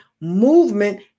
Movement